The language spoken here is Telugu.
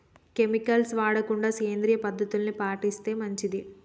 కెమికల్స్ వాడకుండా సేంద్రియ పద్ధతుల్ని పాటిస్తే మంచిది